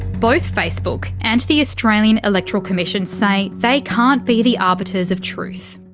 both facebook and the australian electoral commission say they can't be the arbiters of truth.